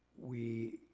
we,